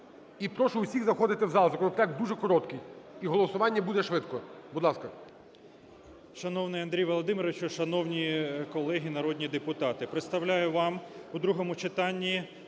І прошу всіх заходити в зал, законопроект дуже короткий і голосування буде швидко. Будь ласка.